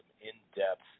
in-depth